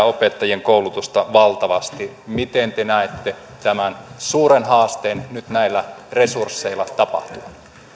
opettajien koulutusta valtavasti niin miten te näette tämän suuren haasteen nyt näillä resursseilla tapahtuvan